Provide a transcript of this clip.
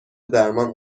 درمان